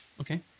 Okay